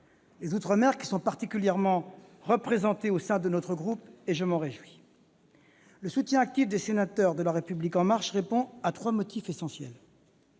outre-mer sont particulièrement bien représentés au sein de notre groupe, ce dont je me réjouis. Le soutien actif des sénateurs de La République en marche répond à trois motifs essentiels.